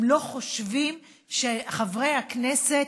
הם לא חושבים שחברי הכנסת,